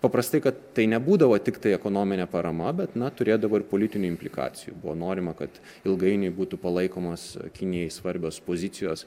paprastai kad tai nebūdavo tiktai ekonominė parama bet na turėdavo ir politinių implikacijų buvo norima kad ilgainiui būtų palaikomos kinijai svarbios pozicijos